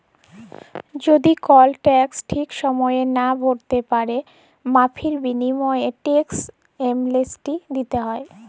যদি কল টেকস ঠিক সময়ে লা ভ্যরতে প্যারবেক মাফীর বিলীময়ে টেকস এমলেসটি দ্যিতে হ্যয়